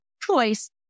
choice